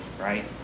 right